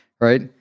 right